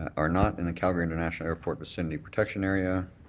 are not in a calgary international airport vicinity protection area,